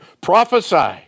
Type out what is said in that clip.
prophesy